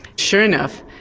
sure enough,